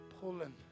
pulling